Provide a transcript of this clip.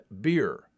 beer